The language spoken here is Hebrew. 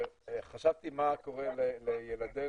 חשבתי מה גורם לילדינו,